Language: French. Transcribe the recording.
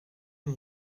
mon